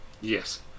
Yes